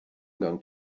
going